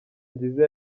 nziza